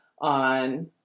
on